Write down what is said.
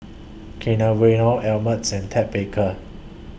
Kinder Bueno Ameltz and Ted Baker